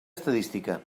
estadística